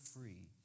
free